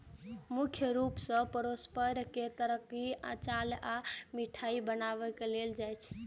मुख्य रूप सं परोर के तरकारी, अचार आ मिठाइ बनायल जाइ छै